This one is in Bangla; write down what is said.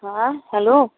হ্যাঁ হ্যালো